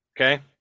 okay